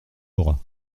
aura